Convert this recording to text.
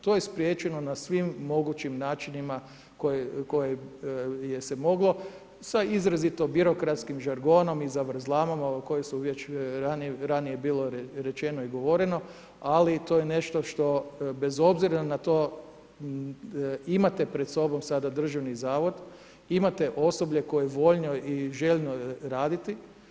To je spriječeno na svim mogućim načinima koje je se moglo sa izrazito birokratskim žargonom i zavrzlamama koje su već ranije bilo rečeno i govoreno, ali to je nešto što bez obzira na to imate pred sobom sada Državni zavod, imate osoblje koje je voljno i željno raditi.